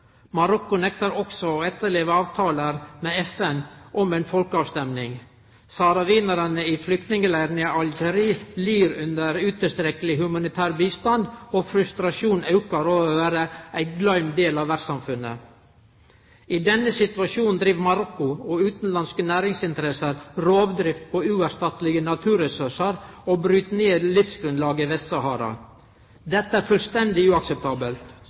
Marokko nektar også å etterleve avtalar med FN om ei folkeavstemning. Sahrawiane i flyktningleirane i Algerie lir under utilstrekkeleg humanitær bistand, og frustrasjonen aukar over å vere ein gløymd del av verdssamfunnet. I denne situasjonen driv Marokko og utanlandske næringsinteresser rovdrift på uerstattelege naturressursar, og bryt ned livsgrunnlaget i Vest-Sahara. Dette er fullstendig uakseptabelt.